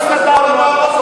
הסתדרנו.